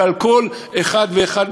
ועל כל אחד ואחד,